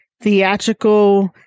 theatrical